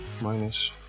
minus